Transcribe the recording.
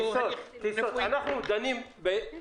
אני מבינה שלעניין הגופה כן יש פתרון,